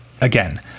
Again